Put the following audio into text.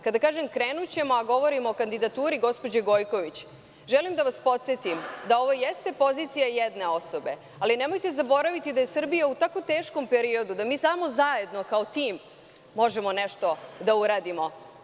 Kada kažem – krenućemo, a govorim o kandidaturi gospođe Gojković, želim da vas podsetim da ovo jeste pozicija jedne osobe, ali nemojte zaboraviti da je Srbija u tako teškom periodu, da mi samo zajedno, kao tim možemo nešto da uradimo.